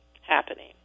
happening